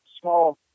small